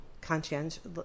conscientious